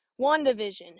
WandaVision